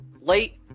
late